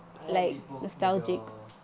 I like beef boat noodles